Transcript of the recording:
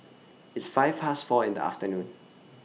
its five Past four in The afternoon